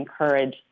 encourage